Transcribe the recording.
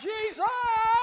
Jesus